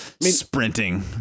Sprinting